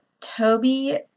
toby